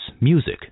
music